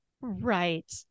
Right